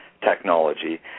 technology